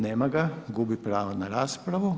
Nema ga, gubi pravo na raspravu.